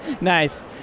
Nice